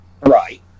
Right